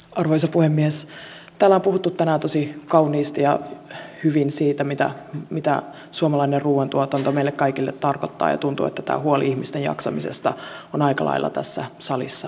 täällä on puhuttu tänään tosi kauniisti ja hyvin siitä mitä suomalainen ruoantuotanto meille kaikille tarkoittaa ja tuntuu että tämä huoli ihmisten jaksamisesta on aika lailla tässä salissa jaettu